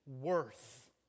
worth